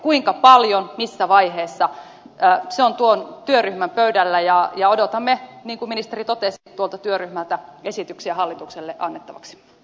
kuinka paljon missä vaiheessa se on tuon työryhmän pöydällä ja odotamme niin kuin ministeri totesi tuolta työryhmältä esityksiä hallitukselle annettavaksi